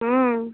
হুম